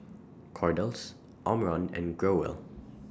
Kordel's Omron and Growell